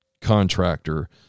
contractor